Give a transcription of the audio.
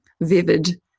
vivid